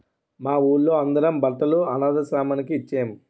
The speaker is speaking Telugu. మా వూళ్ళో అందరం బట్టలు అనథాశ్రమానికి ఇచ్చేం